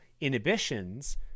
inhibitions